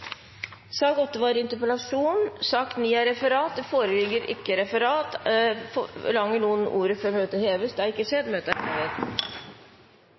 sak nr. 8 foreligger det ikke noe voteringstema. Det foreligger ikke noe referat. Dermed er dagens kart ferdigbehandlet. Forlanger noen ordet før møtet heves? Så har ikke skjedd. – Møtet er hevet.